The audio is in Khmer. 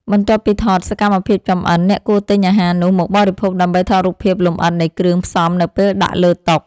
បន្ទាប់ពីថតសកម្មភាពចម្អិន អ្នកគួរទិញអាហារនោះមកបរិភោគ ដើម្បីថតរូបភាពលម្អិតនៃគ្រឿងផ្សំនៅពេលដាក់លើតុ។